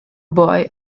boy